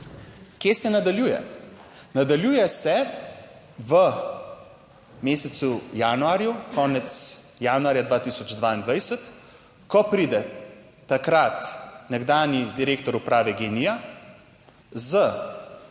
Kje se nadaljuje? Nadaljuje se v mesecu januarju, konec januarja 2022, ko pride takrat nekdanji direktor uprave GEN-I-ja, z